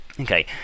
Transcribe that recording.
Okay